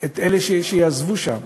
את אלה שיעזבו שם,